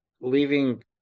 leaving